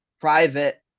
private